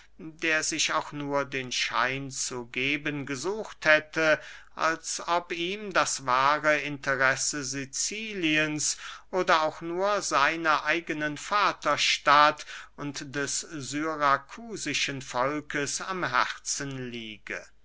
der sich auch nur den schein zu geben gesucht hätte als ob ihm das wahre interesse siciliens oder auch nur seiner eigenen vaterstadt und des syrakusischen volkes am herzen liege